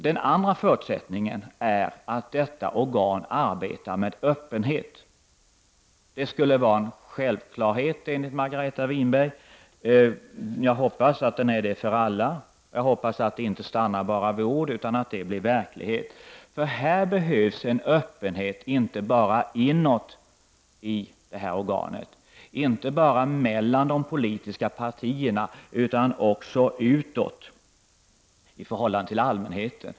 Den andra förutsättningen är att organet kommer att arbeta under öppenhet. Det skulle, enligt Margareta Winberg, vara en självklarhet. Jag hoppas att det är så för alla. Jag hoppas att det inte bara stannar vid ord utan att detta blir verklighet. Här behövs en öppenhet, inte bara inåt i detta organ, inte bara mellan de politiska partierna utan också utåt i förhållande till allmänheten.